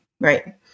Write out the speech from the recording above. Right